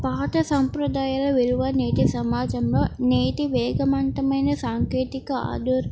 పాత సంంప్రదాయాల విరువ నేటి సమాజంలో నేటి వేగవంతమైన సాంకేతిక ఆదర్